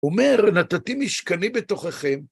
אומר, נתתי משכני בתוככם.